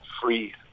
free